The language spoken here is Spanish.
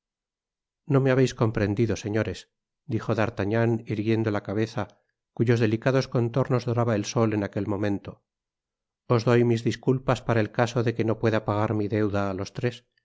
no me habeis comprendido señores dijo d'artagnan irguiendo la cabeza cuyos delicados contornos doraba el sol en aquel momento os doy mis disculpas para el caso de que no pueda pagar mi deuda á los tres